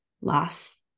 loss